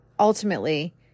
ultimately